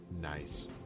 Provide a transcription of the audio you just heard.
nice